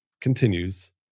continues